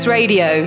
Radio